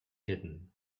hidden